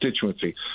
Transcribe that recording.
constituency